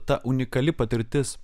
ta unikali patirtis